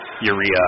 urea